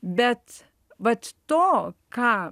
bet vat to ką